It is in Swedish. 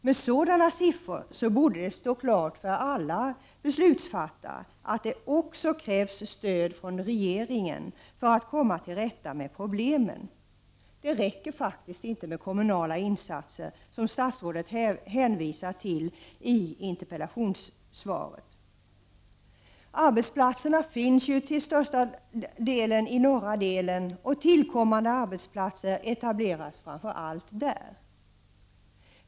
Med sådana siffror borde det stå klart för alla beslutsfattare att det också krävs stöd från regeringen för att komma till rätta med problemen. Det räcker faktiskt inte med kommunala insatser, som statsrådet hänvisar till i interpellationssvaret. Arbetsplatserna finns till största delen i norra delen av länet, och tillkommande arbetsplatser etableras framför allt där.